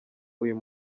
uyu